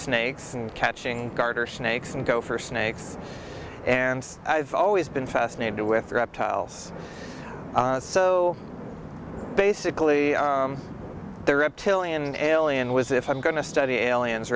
snakes and catching garter snakes and go for snakes and i've always been fascinated with reptiles so basically the reptilian alien was if i'm going to study aliens